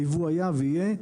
הייבוא היה ויהיה,